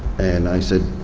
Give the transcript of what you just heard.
and i said,